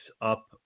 up